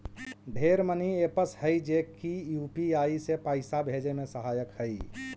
ढेर money apps हई जे की यू.पी.आई से पाइसा भेजे में सहायक हई